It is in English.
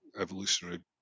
evolutionary